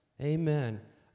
Amen